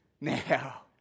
now